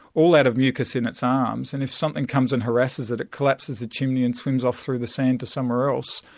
all out of mucus in its arms, and if something comes and harasses it, it collapse the chimney and swims off through the sand to somewhere else.